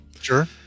Sure